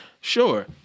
Sure